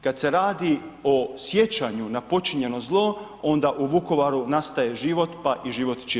Kada se radi o sjećanju na počinjeno zlo onda u Vukovaru nastaje život pa i život ćirilice.